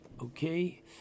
Okay